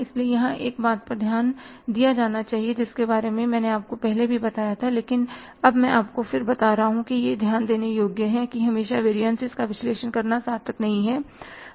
इसलिए यहां एक बात पर ध्यान दिया जाना चाहिए जिसके बारे में मैंने आपको पहले भी बताया था लेकिन अब मैं आपको बता रहा हूं कि यह ध्यान देने योग्य है कि हमेशा वेरियनसिस का विश्लेषण करना सार्थक नहीं है